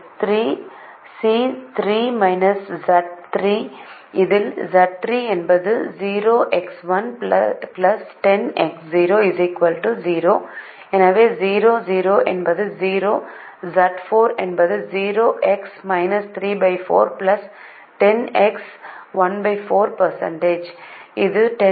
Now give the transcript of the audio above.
C3 Z3 இதில் Z3 என்பது 0 எனவே என்பது 0 Z4 என்பது 0x 34 10x 14 இது 104 அல்லது 52